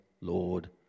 Lord